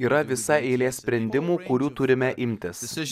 yra visa eilė sprendimų kurių turime imtis